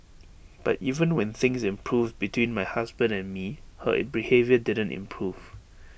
but even when things improved between my husband and me her behaviour didn't improve